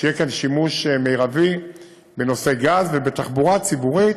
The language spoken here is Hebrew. הוא שיהיה כאן שימוש מרבי בנושא גז ובתחבורה ציבורית.